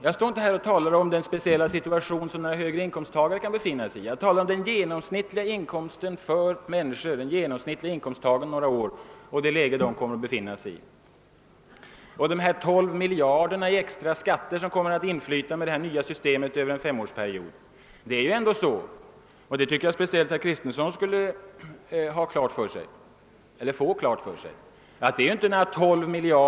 Jag talar inte här om den speciella situation som högre inkomsttagare kan befinna sig i; jag talar om den genomsnittlige inkomsttagarens situation om några år. De 12 miljarder som under en femårsperiod kommer att inflyta i extra skatter är inte pengar som kommer från högre inkomsttagare. Det är en sak som jag tycker att speciellt herr Kristenson borde få klart för sig.